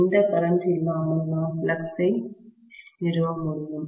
எந்த கரண்ட் இல்லாமல் நான் ஃப்ளக்ஸ் நிறுவ முடியும்